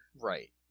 Right